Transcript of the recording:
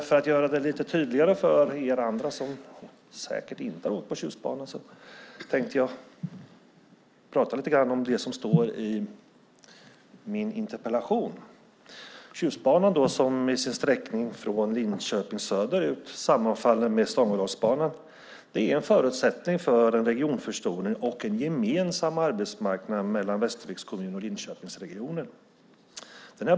För att göra det lite tydligare för er andra, som säkert inte har åkt på Tjustbanan, tänkte jag prata lite grann om det som står i min interpellation. Tjustbanan, som i sin sträckning från Linköping söderut sammanfaller med Stångådalsbanan, är en förutsättning för en regionförstoring och en gemensam arbetsmarknad mellan Västerviks kommun och Linköpingsregionen.